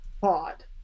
Pod